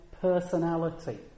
personality